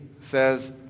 says